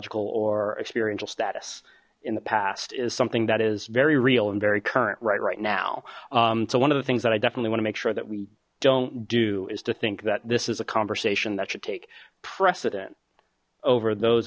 al or experiential status in the past is something that is very real and very current right right now so one of the things that i definitely want to make sure that we don't do is to think that this is a conversation that should take precedent over those